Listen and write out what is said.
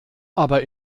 aber